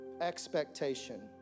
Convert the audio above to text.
Expectation